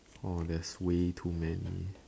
oh there's way too many